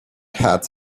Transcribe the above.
hat